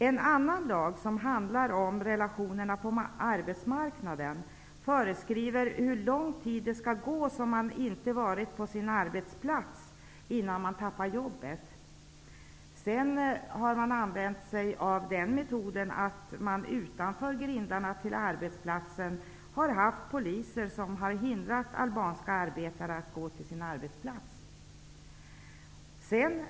En annan lag, som handlar om relationerna på arbetsmarknaden, föreskriver under hur lång tid någon skall ha varit frånvarande från sin arbetsplats för att tappa jobbet. Man har sedan använt sig av metoden att utanför grindarna till arbetsplatsen stationera poliser som har hindrat albanska arbetare att gå till sin arbetsplats.